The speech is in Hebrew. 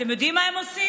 אתם יודעים מה הם עושים,